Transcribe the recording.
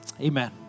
Amen